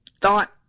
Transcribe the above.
thought